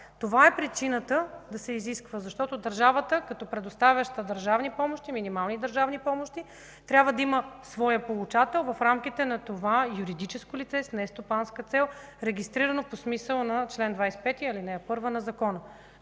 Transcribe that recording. Това е причината да се изисква. Защото държавата като предоставяща минимални държавни помощи трябва да има своя получател в рамките на това юридическо лице с нестопанска цел, регистрирано по смисъла на чл. 25, ал. 1 от Закона.